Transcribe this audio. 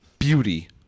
Beauty